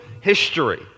history